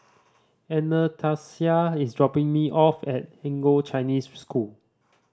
Anastasia is dropping me off at Anglo Chinese School